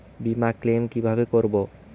বিমা ক্লেম কিভাবে করব?